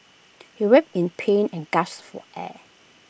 he writhed in pain and gasped for air